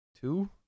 Two